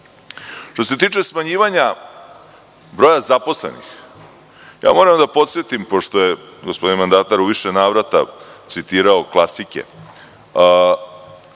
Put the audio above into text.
se tiče smanjivanja broja zaposlenih, moram da podsetim, pošto je gospodin mandatar u više navrata citirao klasike,